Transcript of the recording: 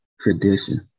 tradition